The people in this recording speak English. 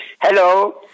Hello